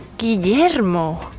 Guillermo